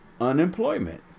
unemployment